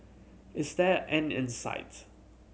is there an end in sight